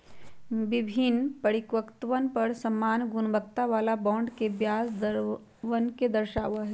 विभिन्न परिपक्वतवन पर समान गुणवत्ता वाला बॉन्ड के ब्याज दरवन के दर्शावा हई